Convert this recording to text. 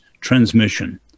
transmission